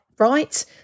Right